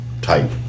type